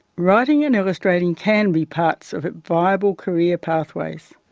writing and illustrating can be parts of viable career pathways.